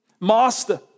Master